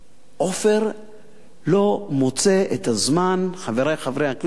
עופר לא מוצא את הזמן, חברי חברי הכנסת,